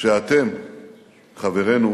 שאתם חברינו,